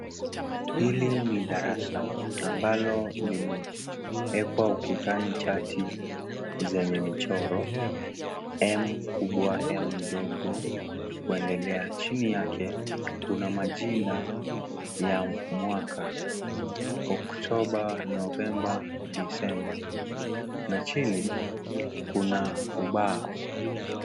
Hili ni darasa ambalo limewekwa ukutani chati zenye michoro, m kubwa, m dogo kuendelea, chini yake kuna majina ya mwaka, October, November, December na chini kuna ubao.